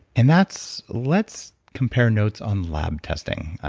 and that's, let's compare notes on lab testing.